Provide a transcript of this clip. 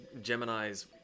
gemini's